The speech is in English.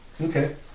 Okay